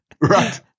Right